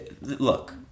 Look